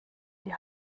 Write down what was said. die